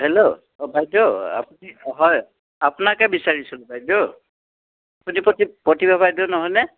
hello অঁ বাইদেউ আপুনি হয় আপোনাকে বিচাৰিছিলোঁ বাইদেউ আপুনি প্ৰতিভা বাইদেউ হয়নে